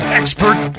expert